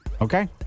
Okay